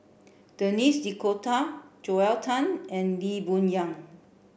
Denis D'Cotta Joel Tan and Lee Boon Yang